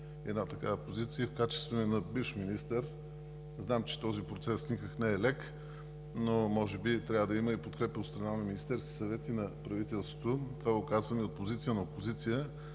една такава позиция и в качеството си на бивш министър знам, че този процес никак не е лек, а може би трябва да има подкрепа от страна на Министерския съвет и на правителството. Това го казвам и от позицията на опозиция,